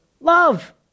Love